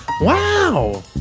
wow